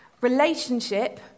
Relationship